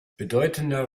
bedeutender